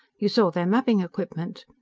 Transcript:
you saw their mapping equipment.